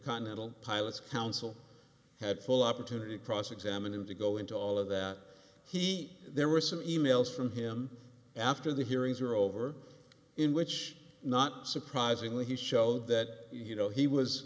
continental pilot's counsel had full opportunity to cross examine him to go into all of that heat there were some e mails from him after the hearings were over in which not surprisingly he showed that you know